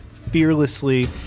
fearlessly